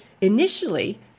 initially